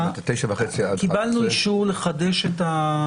תודה, אני נועל את הדיון.